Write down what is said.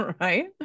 right